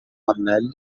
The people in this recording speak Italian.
pannelli